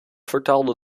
vertaalde